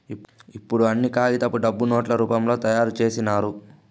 ఇప్పుడు అన్ని కాగితపు డబ్బులు నోట్ల రూపంలో తయారు చేసినారు